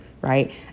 right